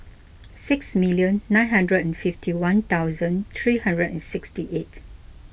six million nine hundred and fifty one thousand three hundred and sixty eight